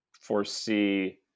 foresee